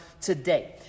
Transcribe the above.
today